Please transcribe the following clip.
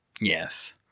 Yes